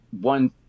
one